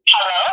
Hello